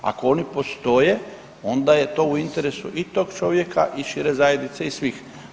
Ako oni postoje onda je to u interesu i tog čovjeka i šire zajednice i svih.